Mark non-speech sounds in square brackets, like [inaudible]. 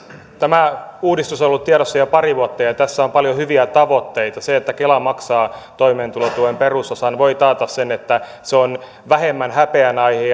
tämä uudistus on ollut tiedossa jo pari vuotta ja tässä on paljon hyviä tavoitteita se että kela maksaa toimeentulotuen perusosan voi taata sen että se on vähemmän häpeän aihe [unintelligible]